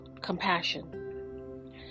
compassion